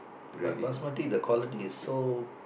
but Basmati the quality is so